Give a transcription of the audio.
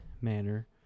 manner